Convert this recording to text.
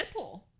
Deadpool